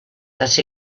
that